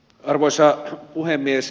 arvoisa puhemies